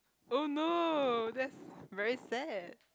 oh no that's very sad